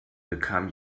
bekam